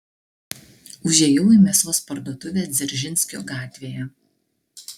užėjau į mėsos parduotuvę dzeržinskio gatvėje